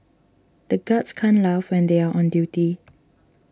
the guards can't laugh when they are on duty